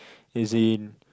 as in